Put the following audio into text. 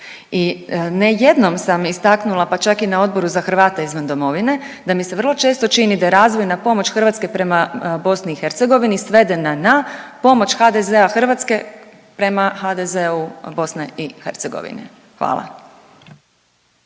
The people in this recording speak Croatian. I ne jednom sam istaknula pa čak i na Odboru za Hrvate izvan domovine da mi se vrlo često čini da je razvojna pomoć Hrvatske prema BiH svedena na pomoć HDZ-a Hrvatske prema HDZ-u BiH. Hvala.